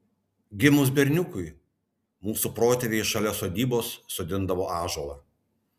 gimus berniukui mūsų protėviai šalia sodybos sodindavo ąžuolą